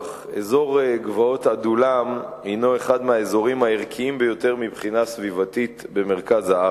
מסכנת חיים בשל קרבתה הרבה לאוכלוסייה המתגוררת באזור.